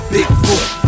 Bigfoot